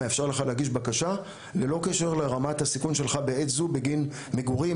מאפשר לך להגיש בקשה ללא קשר לרמת הסיכון שלך בעת זו בגין מגורים,